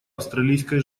австралийской